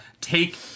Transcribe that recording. take